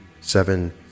seven